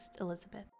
Elizabeth